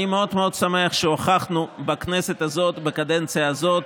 אני שמח מאוד שהוכחנו בכנסת הזאת, בקדנציה הזאת,